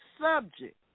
subject